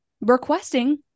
requesting